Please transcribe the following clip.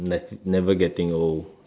ne~ never getting old